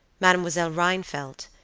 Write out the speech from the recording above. mademoiselle rheinfeldt,